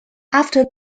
after